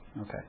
Okay